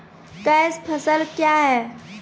Cash फसल क्या हैं?